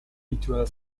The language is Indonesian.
dijual